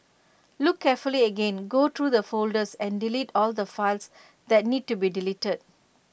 look carefully again go through the folders and delete all the files that need to be deleted